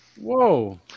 Whoa